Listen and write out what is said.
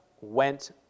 went